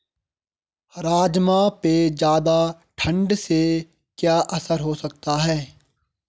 राजमा पे ज़्यादा ठण्ड से क्या असर हो सकता है?